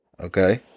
Okay